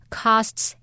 costs